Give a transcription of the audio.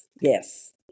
Yes